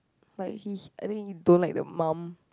like he I think he don't like the mum